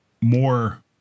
more